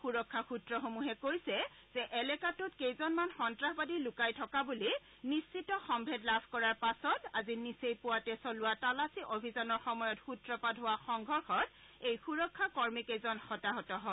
সুৰক্ষা সূত্ৰসমূহে কৈছে যে এলেকাটোত কেইজনমান সন্তাসবাদী লুকাই থকা বুলি নিশ্চিত সম্ভেদ লাভ কৰাৰ পাছত আজি নিচেই পুৱাতে চলোৱা তালাচী অভিযানৰ সময়ত সূত্ৰপাত হোৱা সংঘৰ্ষত এই সুৰক্ষা কৰ্মীকেইজন হতাহত হয়